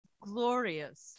glorious